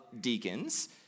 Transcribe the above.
deacons